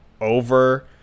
over